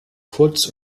kurz